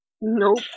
Nope